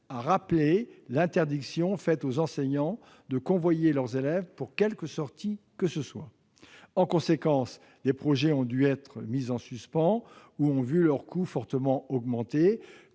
a rappelé l'interdiction faite aux enseignants de convoyer leurs élèves, pour quelque sortie que ce soit. En conséquence, des projets ont dû être mis en suspens ou ont vu leur coût fortement augmenter,